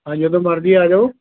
ਹਾਂ ਜਦੋਂ ਮਰਜ਼ੀ ਆ ਜਾਓ